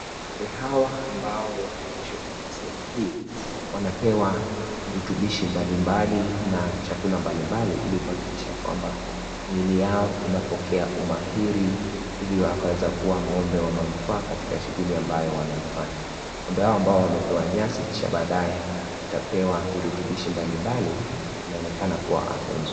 Ng'ombe hawa ambao wanalishwa katika sehemu hii, wanapewa virutubishi mbalimbali na vyakula mbalimbali ili kuhakikisha kwamba miili yao inapokea umahiri ili wakaweze kuwa ng'ombe wa manufaa katika shughuli ambayo wanaifanya . Ng'ombe hawa ambao wamepewa nyasi kisha baadae watapewa virutubishi mbalimbali, wanaonekana kuwa wa afya nzuri.